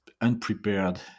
unprepared